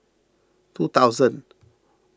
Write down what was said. two thousand